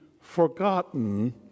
forgotten